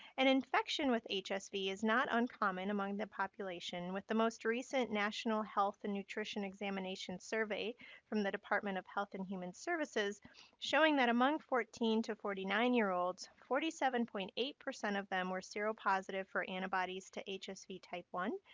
and infection with hsv is not uncommon among the population, with the most recent national health and nutrition examination survey from the department of health and human services showing that among fourteen to forty nine year olds, forty seven point eight of them were seropositive for antibodies to hsv type one,